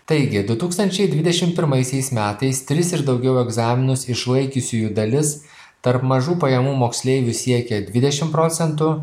taigi du tūkstančiai dvidešim pirmaisiais metais tris ir daugiau egzaminus išlaikiusiųjų dalis tarp mažų pajamų moksleivių siekė dvidešim procentų